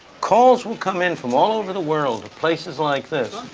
calls will come in from all over the world to places like this,